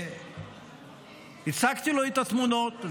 והצגתי לו את התמונות,